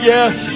Yes